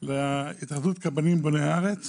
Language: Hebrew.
להתאחדות הקבלנים בוני הארץ